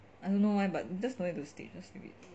I don't know why but don't need to stitch just leave it